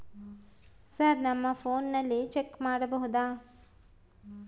Sir ನಮ್ಮ ಫೋನಿನಲ್ಲಿ check ಮಾಡಬಹುದಾ?